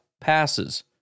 passes